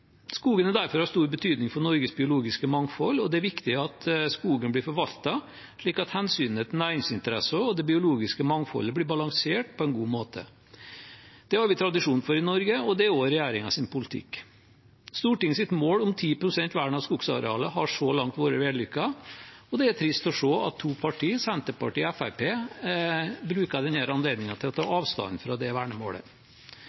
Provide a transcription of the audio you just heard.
Skogen er derfor av stor betydning for Norges biologiske mangfold, og det er viktig at skogen blir forvaltet slik at hensynet til næringsinteresser og det biologiske mangfoldet blir balansert på en god måte. Det har vi tradisjon for i Norge, og det er også regjeringens politikk. Stortingets mål om 10 pst. vern av skogsarealet har så langt vært vellykket, og det er trist å se at to parti, Senterpartiet og Fremskrittspartiet, bruker denne anledningen til å ta